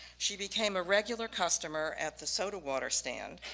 she became a regular customer at the soda water stand,